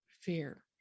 fear